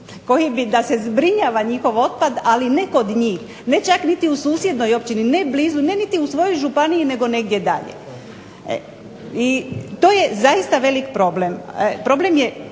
koji bi da se zbrinjava njihov otpad ali ne kod njih, ne čak niti u susjednoj općini, ne blizu, ne niti u svojoj županiji nego negdje dalje. I to je zaista veliki problem. Problem je